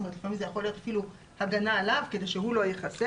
כלומר לפעמים זה יכול להיות אפילו הגנה עליו כדי שהוא לא ייחשף.